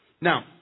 Now